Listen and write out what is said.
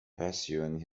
pursuing